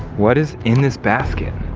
what is in this basket.